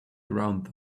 around